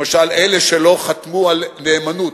למשל, אלה שלא חתמו על נאמנות,